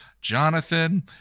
Jonathan